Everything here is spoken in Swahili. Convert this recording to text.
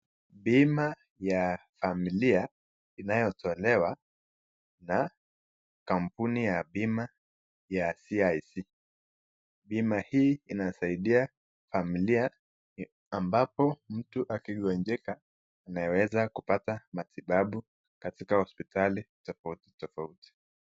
Bima ya familia inayotolewa na kampuni ya bima ya CIC. Bima hii inasaidia familia ambapo mtu akigonjeka anaweza kupata matibabu katika hospitali tofauti tofauti.